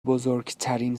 بزرگترین